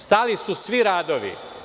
Stali su svi radovi.